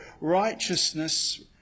righteousness